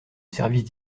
services